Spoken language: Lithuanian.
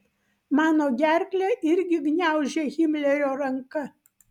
mano gerklę irgi gniaužia himlerio ranka